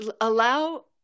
allow